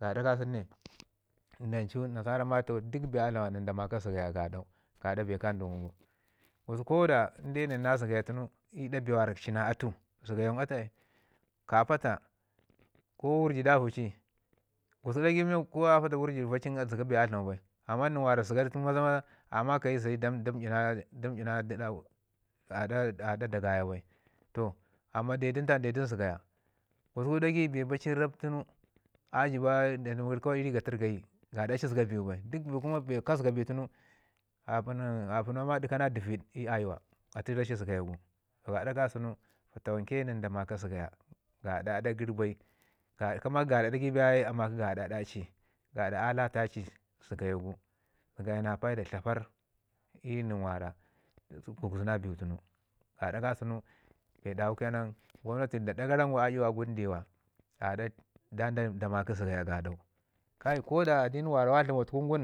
Gaɗa ka sunu ne nan cu nasara ma toh duk bee a dlama nən da maka zəgaya gaɗau gaɗa bee ka den gu. Gusku ko da nən na zəgaya tunu i ɗa bee ci na atu zəgayau nin atu ai. ka pata ko wurji davi ci gusku ɗagai men ko a pata wurji vaacin zəga bee a dlamau bai amman nən zəgadu tunu maza- maza a makayi zayi dam dina ɗina gu aɗa da gaya bai. Toh amma de du nin tam de du nin zəga ya, gusku ɗagai bee baci rab tunu a jəba dadumuri kawai ii gatərr getak gaɗa a ci zəga biwu bai. Bee ka zəga bi nin apəno- apəno ma ɗika na dəvid ii ɗa ayuwa rashi zəgaya gu. Gaɗa ka sunu fatawanke nən da maka zəgaya gaɗa aɗa gəri bai kəma ku gaɗa ɗagai bi ye amaki gaɗa aɗa ci a lata ci zəgaya gu. zəgaya na paida tlaparr i nən gugzi na bi tun gu, gaɗa ka sunu bee dawu ke nan kwamnati na aɗa gara ngum a iyuwa aguɗ ndiwa gada dun da maki zəgaya. Kai ko da adini mi wa dlamau tuku